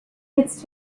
its